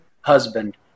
husband